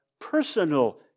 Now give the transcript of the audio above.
personal